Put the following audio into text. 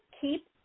keep